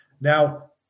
Now